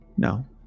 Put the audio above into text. no